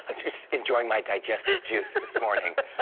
ah just enjoying my digestive juice this morning. but